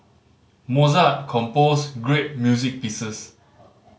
Mozart composed great music pieces